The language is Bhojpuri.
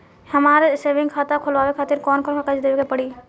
हमार सेविंग खाता खोलवावे खातिर कौन कौन कागज देवे के पड़ी?